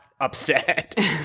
upset